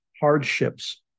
hardships